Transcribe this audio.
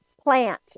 plant